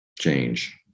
change